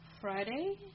Friday